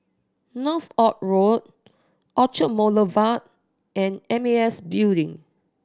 Northolt Road Orchard Boulevard and M A S Building